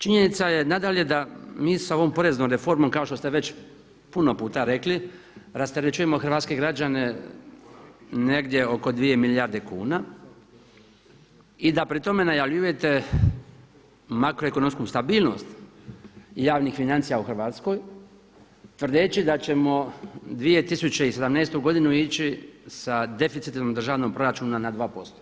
Činjenica je nadalje da mi sa ovom poreznom reformom kao što ste već puno puta rekli rasterećujemo hrvatske građane negdje oko 2 milijarde kuna i da pri tome najavljujete makroekonomsku stabilnost javnih financija u Hrvatskoj tvrdeći da ćemo 2017. godinu ići sa deficitom državnog proračuna na 2%